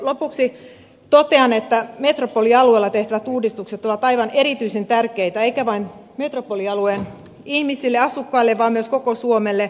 lopuksi totean että metropolialueella tehtävät uudistukset ovat aivan erityisen tärkeitä eivätkä vain metropolialueen ihmisille asukkaille vaan myös koko suomelle